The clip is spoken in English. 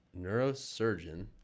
neurosurgeon